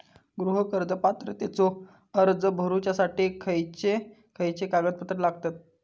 गृह कर्ज पात्रतेचो अर्ज भरुच्यासाठी खयचे खयचे कागदपत्र लागतत?